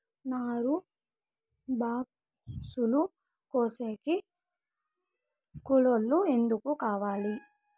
నూరు బాక్సులు కోసేకి కూలోల్లు ఎందరు కావాలి?